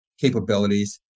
capabilities